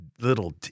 little